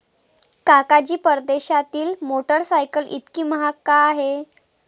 काका जी, परदेशातील मोटरसायकल इतकी महाग का आहे?